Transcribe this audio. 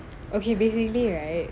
okay basically right